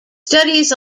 studies